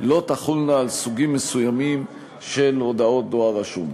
לא תחולנה על סוגים מסוימים של הודעות דואר רשום.